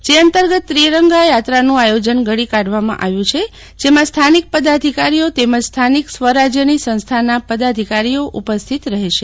જે અંતર્ગત ત્રિરંગા યાત્રાનું આયોજન કરવામાં આવ્યું છે જેમાં સ્થાનિક પદાધિકારીઓ તેમજ સ્થાનિક સ્વરાજ્યની સંસ્થાના પદાધિકારીઓ ઉપસ્થિત રહેશે